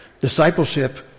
Discipleship